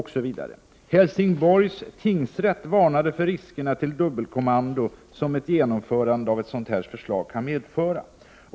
Helsingborgs tingsrätt varnade för de risker för dubbelkommando som ett genomförande av ett sådant här förslag kan medföra.